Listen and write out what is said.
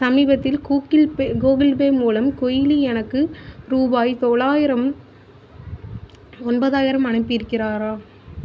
சமீபத்தில் Google Pay Google Pay மூலம் குயிலி எனக்கு ரூபாய் தொள்ளாயிரம் ஒன்பதாயிரம் அனுப்பியிருந்தாரா